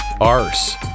arse